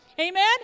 Amen